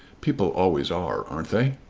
people always are aren't they?